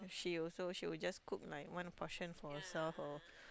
she also she will just cook like one portion for herself or